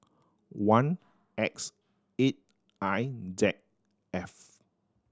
one X eight I Z F